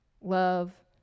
love